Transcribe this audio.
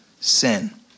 sin